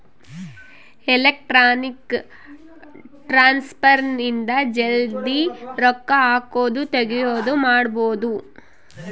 electronic transfer ಇಂದ ಜಲ್ದೀ ರೊಕ್ಕ ಹಾಕೋದು ತೆಗಿಯೋದು ಮಾಡ್ಬೋದು